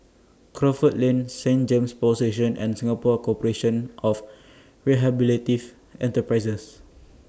Crawford Lane Saint James Power Station and Singapore Corporation of Enterprises